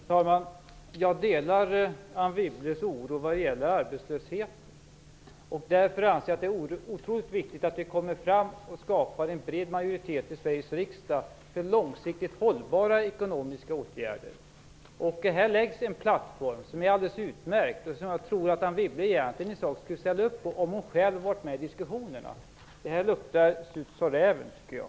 Fru talman! Jag delar Anne Wibbles oro vad gäller arbetslösheten. Därför anser jag att det är otroligt viktigt att vi skapar en bred majoritet i Sveriges riksdag för långsiktigt hållbara ekonomiska åtgärder. Här läggs en plattform som är alldeles utmärkt och som jag tror att Anne Wibble egentligen i sak skulle ställa sig bakom, om hon själv hade varit med i diskussionerna. Det här luktar "surt, sa räven", tycker jag.